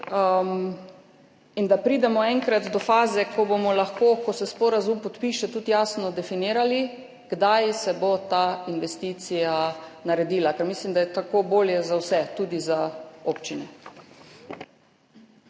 in da pridemo enkrat do faze, ko bomo lahko, ko se sporazum podpiše, tudi jasno definirali, kdaj se bo ta investicija naredila. Ker mislim, da je tako bolje za vse, tudi za občine.